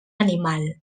animal